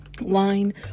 line